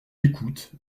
écoute